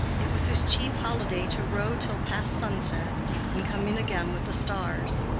it was his chief holiday to row till past sunset and come in again with the stars.